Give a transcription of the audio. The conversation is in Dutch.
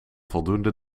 voldoende